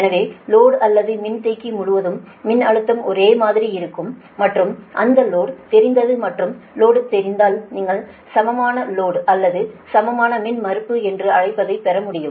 எனவே லோடு அல்லது மின்தேக்கி முழுவதும் மின்னழுத்தம் ஒரே மாதிரி இருக்கும் மற்றும் இந்த லோடு தெரிந்தது மற்றும் லோடு தெரிந்தால் நீங்கள் சமமான லோடு அல்லது சமமான மின்மறுப்பு என்று அழைப்பதை பெற முடியும்